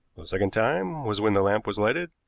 the second time was when the lamp was lighted.